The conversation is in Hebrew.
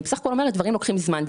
אני בסך הכול אומרת שדברים לוקחים זמן.